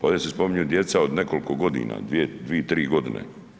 Ovdje se spominju djecu od nekoliko godina, 2, 3 godine.